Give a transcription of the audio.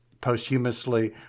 posthumously